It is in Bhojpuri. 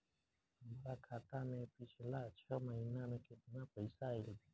हमरा खाता मे पिछला छह महीना मे केतना पैसा आईल बा?